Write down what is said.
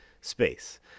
space